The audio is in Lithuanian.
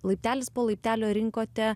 laiptelis po laiptelio rinkote